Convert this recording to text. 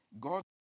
God